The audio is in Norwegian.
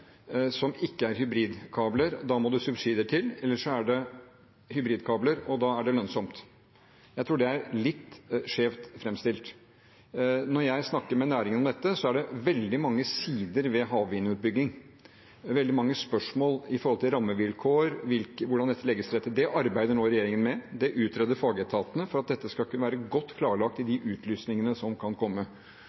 som ikke er hybridkabler, og da må det subsidier til, eller så er det hybridkabler, og da er det lønnsomt. Jeg tror det er litt skjevt framstilt. Når jeg snakker med næringen om dette, er det veldig mange sider ved havvindutbygging. Det er veldig mange spørsmål når det gjelder rammevilkår og hvordan dette legges til rette for. Det arbeider nå regjeringen med, og fagetatene utreder det for at dette skal kunne være godt klarlagt i de utlysningene som kan komme.